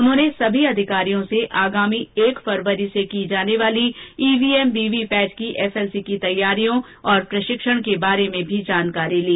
उन्होंने सभी अधिकारियों से आगामी एक फरवरी से की जाने वाली ईवीएम वीवीपैट की एफएलसी की तैयारियों और प्रशिक्षण के बारे में जानकारी ली